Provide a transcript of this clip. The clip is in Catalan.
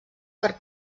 per